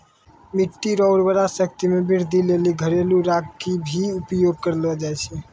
मिट्टी रो उर्वरा शक्ति मे वृद्धि लेली घरेलू राख भी उपयोग करलो जाय छै